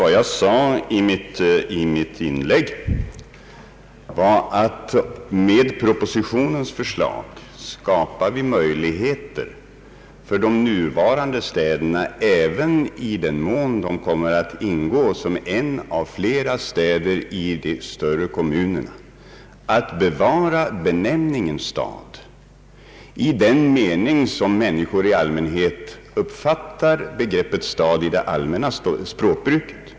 Vad jag sade i mitt inlägg var, herr Hernelius, att med förslaget i propositionen skapar vi möjligheter för de nuvarande städerna, även i den mån de kommer att ingå som en av flera städer i större kommuner, att bevara benämningen stad i den mening som människor uppfattar begreppet stad i det allmänna språkbruket.